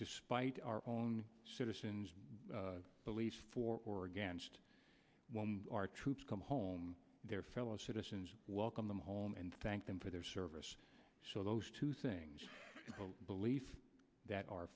despite our own citizens belief for or against our troops come home their fellow citizens welcome them home and thank them for their service so those two things believe that our